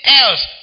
else